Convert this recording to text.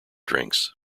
drinks